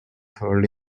third